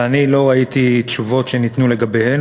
ואני לא ראיתי תשובות שניתנו עליהם,